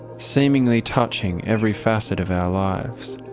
seemingly touching every facet of our lives.